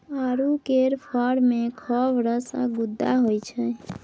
आड़ू केर फर मे खौब रस आ गुद्दा होइ छै